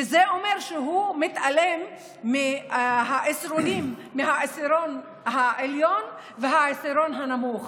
וזה אומר שהוא מתעלם מהעשירון העליון והעשירון הנמוך.